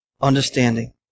understanding